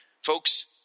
Folks